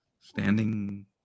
standing